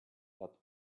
that